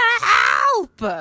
Help